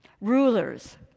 Rulers